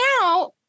now